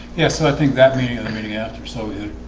yes. i think that meaning in the meeting after so yeah